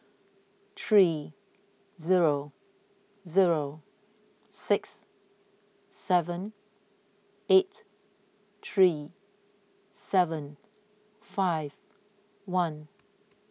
three zero zero six seven eight three seven five one